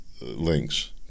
links